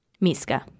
Miska